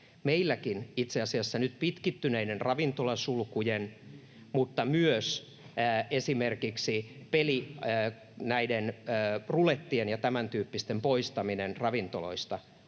Meilläkin itse asiassa nyt pitkittyneet ravintolasulut mutta myös esimerkiksi näiden rulettien ja tämäntyyppisten poistaminen ravintoloista on